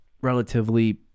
relatively –